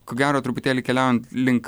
ko gero truputėlį keliaujant link